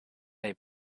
they